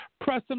pressing